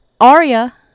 Aria